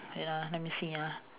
wait ah let me see ah